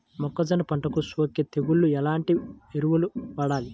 మొక్కజొన్న పంటలకు సోకే తెగుళ్లకు ఎలాంటి ఎరువులు వాడాలి?